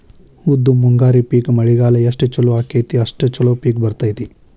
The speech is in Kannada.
ಉದ್ದು ಮುಂಗಾರಿ ಪಿಕ್ ಮಳಿಗಾಲ ಎಷ್ಟ ಚಲೋ ಅಕೈತಿ ಅಷ್ಟ ಚಲೋ ಪಿಕ್ ಬರ್ತೈತಿ